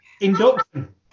Induction